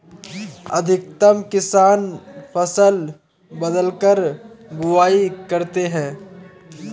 अधिकतर किसान फसल बदलकर बुवाई करते है